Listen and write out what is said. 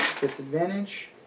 disadvantage